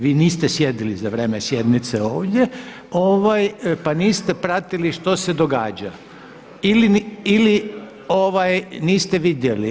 Vi niste sjedili za vrijeme sjednice ovdje pa niste pratili što se događa ili niste vidjeli.